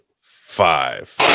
five